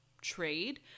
trade